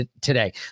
today